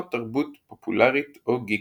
או תרבות פופולרית או גיקית.